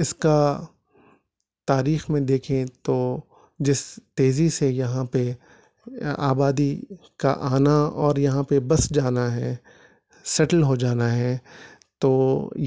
اس کا تاریخ میں دیکھیں تو جس تیزی سے یہاں پہ آبادی کا آنا اور یہاں پہ بس جانا ہے سٹل ہو جانا ہے تو